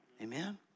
Amen